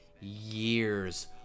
years